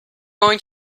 going